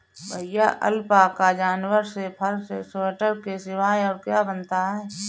भैया अलपाका जानवर के फर से स्वेटर के सिवाय और क्या बनता है?